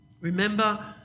Remember